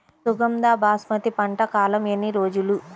సుగంధ బాస్మతి పంట కాలం ఎన్ని రోజులు?